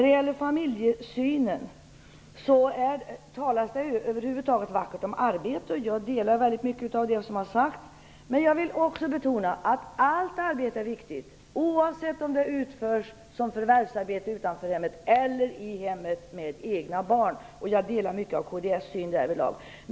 Det talas mycket vackert om arbete. Jag delar uppfattningen i mycket att det som har sagts. Men jag vill betona att allt arbete är viktigt, oavsett om det utförs som förvärvsarbete utanför hemmet eller i hemmet med egna barn. Jag delar kds syn därvidlag.